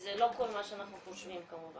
וזה לא כל מה שאנחנו חושבים כמובן